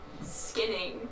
skinning